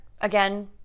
again